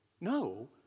No